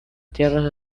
tierras